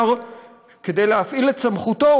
כדי להפעיל את סמכותו,